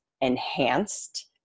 enhanced